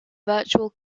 virtual